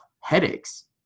headaches